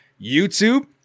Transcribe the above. YouTube